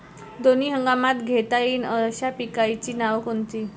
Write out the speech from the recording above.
दोनी हंगामात घेता येईन अशा पिकाइची नावं कोनची?